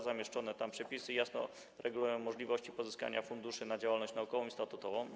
Zamieszczone tam przepisy jasno regulują możliwości pozyskiwania funduszy na działalność naukową i statutową.